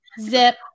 zip